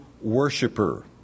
worshiper